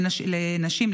לנשים,